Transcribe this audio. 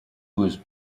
was